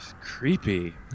Creepy